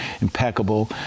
impeccable